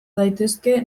daitezke